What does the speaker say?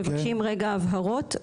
מבקשים רגע הבהרות.